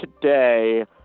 today